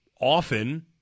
often